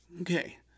Okay